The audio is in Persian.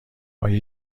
آیا